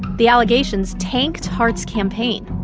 the allegations tanked hart's campaign.